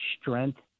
strength